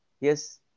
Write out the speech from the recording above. yes